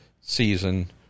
season